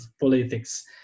politics